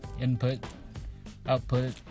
input-output